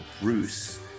bruce